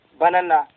banana